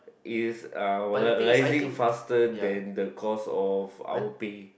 is uh rising faster than the cost of our pay